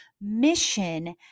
mission